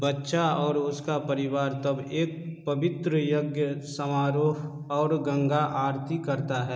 बच्चा और उसका परिवार तब एक पवित्र यज्ञ समारोह और गंगा आरती करता है